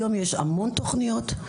היום יש המון תוכניות,